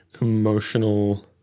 emotional